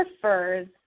prefers